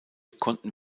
konnten